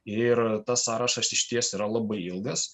ir tas sąrašas išties yra labai ilgas